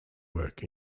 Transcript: work